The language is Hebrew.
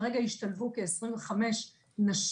כרגע השתלבו כ-25 נשים.